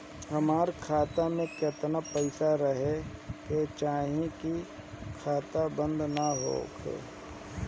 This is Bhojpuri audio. हमार खाता मे केतना पैसा रहे के चाहीं की खाता बंद ना होखे?